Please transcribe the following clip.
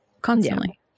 constantly